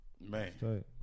Man